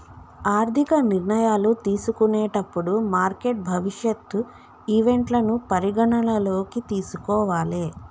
ఆర్థిక నిర్ణయాలు తీసుకునేటప్పుడు మార్కెట్ భవిష్యత్ ఈవెంట్లను పరిగణనలోకి తీసుకోవాలే